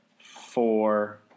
four